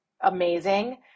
amazing